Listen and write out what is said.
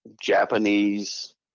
Japanese